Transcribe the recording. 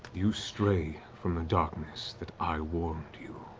you stray from the darkness that i warned you,